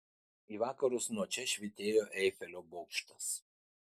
į vakarus nuo čia švytėjo eifelio bokštas